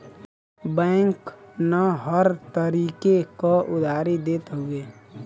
बैंकन हर तरीके क उधारी देत हउए